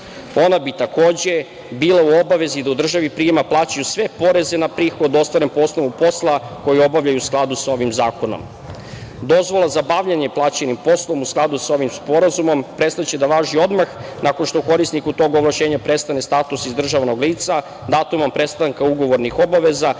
Ona bi takođe bila u obavezi da u državi prijema plaćaju sve poreze na prihod ostvaren po osnovu posla koji obavljaju u skladu sa ovim zakonom. Dozvola za bavljenje plaćenim poslom u skladu sa ovim sporazumom prestaće da važi odmah nakon što korisniku tog ovlašćenja prestane status izdržavanog lica, datumom prestanka ugovornih obaveza